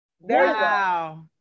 wow